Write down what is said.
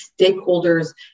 stakeholders